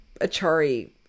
Achari